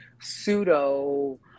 pseudo